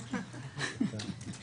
אבל זה מה יש.